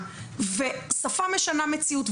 שפה משנה מציאות,